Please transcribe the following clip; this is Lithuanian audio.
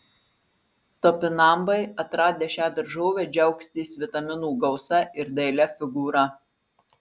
topinambai atradę šią daržovę džiaugsitės vitaminų gausa ir dailia figūra